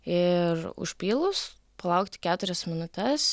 ir užpylus palaukti keturias minutes